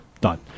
done